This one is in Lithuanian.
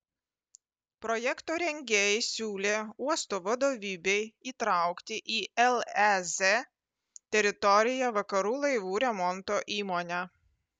projekto rengėjai siūlė uosto vadovybei įtraukti į lez teritoriją vakarų laivų remonto įmonę